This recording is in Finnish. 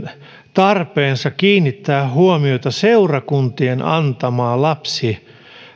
tarpeensa kiinnittää huomiota seurakuntien antamaan lapsi